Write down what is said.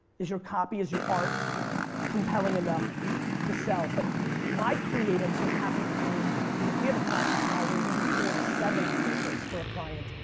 is your copy, is your art compelling enough to sell? but my creatives are happy with me because we have a process now where we do four to seven commercials for a client,